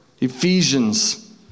Ephesians